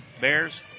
Bears